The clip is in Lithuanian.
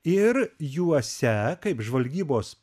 ir juose kaip žvalgybos